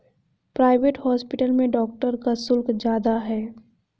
private hospital में doctor का शुल्क ज्यादा है